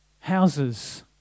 houses